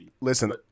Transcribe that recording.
Listen